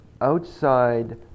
outside